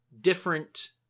different